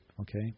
Okay